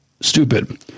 stupid